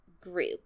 group